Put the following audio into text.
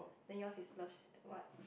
then yours is love shack what